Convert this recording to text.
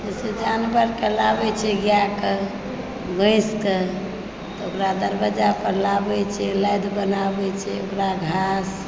जानवरके लाबै छियै गाएके भैंसके तऽ ओकरा दरवाजा पर लाबै छियै लादि बनाबै छियै ओकरा घास